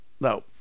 No